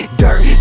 dirt